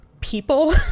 people